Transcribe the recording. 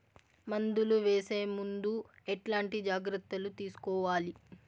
మందులు వేసే ముందు ఎట్లాంటి జాగ్రత్తలు తీసుకోవాలి?